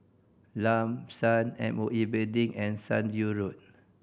Lam San M O E Building and Sunview Road